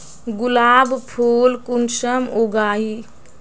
गुलाब फुल कुंसम उगाही?